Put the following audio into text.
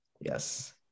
Yes